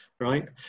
right